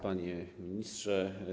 Panie Ministrze!